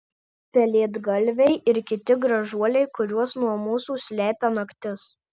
pelėdgalviai ir kiti gražuoliai kuriuos nuo mūsų slepia naktis